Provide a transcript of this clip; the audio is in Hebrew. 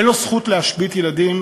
אין לו זכות להשבית ילדים,